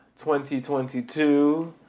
2022